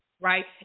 right